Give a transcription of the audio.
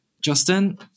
Justin